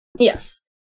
Yes